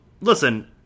Listen